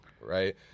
right